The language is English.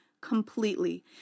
completely